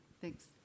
Thanks